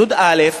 י"א,